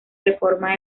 reforma